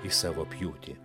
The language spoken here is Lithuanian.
į savo pjūtį